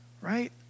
Right